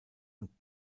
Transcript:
und